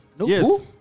Yes